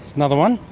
another one.